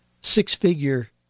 six-figure